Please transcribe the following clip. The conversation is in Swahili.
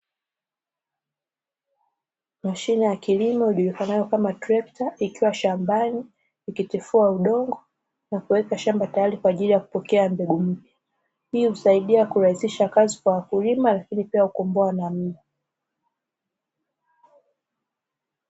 Mashine ya kilimo ijulikanalo kama trekta ikiwa shambani ikitifua udongo na kuwek shamba tayari kwa ajili ya kupokea mbegu mpya hii husaidia kutmrahisisha kazi kwa wakulima lakini pia kukomboa na mda.